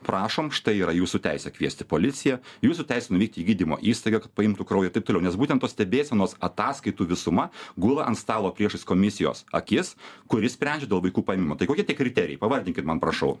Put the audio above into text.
prašom štai yra jūsų teisė kviesti policiją jūsų teisė nuvykti į gydymo įstaigą kad paimtų kraujo ir taip toliau nes būtent tos stebėsenos ataskaitų visuma gula ant stalo priešais komisijos akis kuri sprendžia dėl vaikų paėmimo tai kokie tie kriterijai pavardinkit man prašau